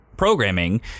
programming